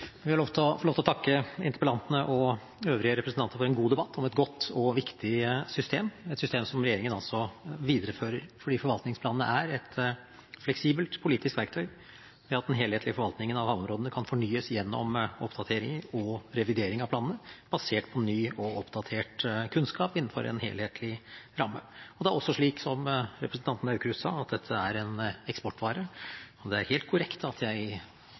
debatt om et godt og viktig system, et system som regjeringen altså viderefører fordi forvaltningsplanene er et fleksibelt politisk verktøy i det at den helhetlige forvaltningen av havområdene kan fornyes gjennom oppdateringer og revidering av planene basert på ny og oppdatert kunnskap innenfor en helhetlig ramme. Det er også slik, som representanten Aukrust sa, at dette er en eksportvare, og det er helt korrekt at jeg